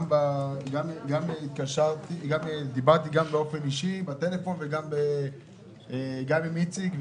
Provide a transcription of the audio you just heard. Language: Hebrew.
גם דיברתי גם באופן אישי בטלפון גם עם השר שהיה פה וגם עם איציק.